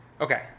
Okay